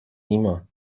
ایمان